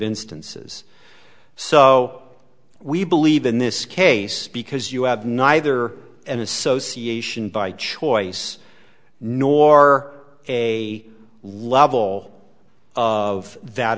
instances so we believe in this case because you have neither an association by choice nor a level of that